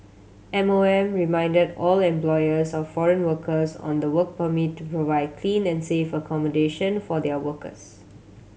M O M reminded all employers of foreign workers on the work permit to provide clean and safe accommodation for their workers